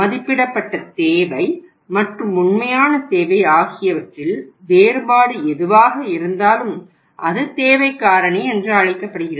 மதிப்பிடப்பட்ட தேவை மற்றும் உண்மையான தேவை ஆகியவற்றில் வேறுபாடு எதுவாக இருந்தாலும் அது தேவை காரணி என்று அழைக்கப்படுகிறது